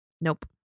Nope